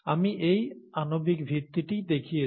আমি এই আণবিক ভিত্তিটিই দেখিয়েছি